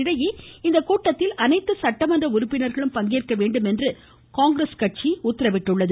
இதனிடையே இந்த கூட்டத்தில் அனைத்து சட்டமன்ற உறுப்பினர்களும் பங்கேற்க வேண்டும் என்று காங்கிரஸ் கட்சி கேட்டுக்கொண்டுள்ளது